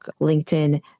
LinkedIn